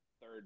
third